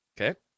Okay